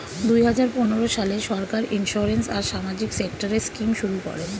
দুই হাজার পনেরো সালে সরকার ইন্সিওরেন্স আর সামাজিক সেক্টরের স্কিম শুরু করে